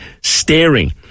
staring